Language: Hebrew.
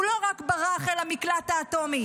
הוא לא רק ברח אל המקלט האטומי,